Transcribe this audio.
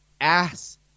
Ass